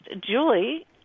Julie